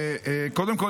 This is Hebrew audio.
קודם כול,